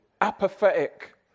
apathetic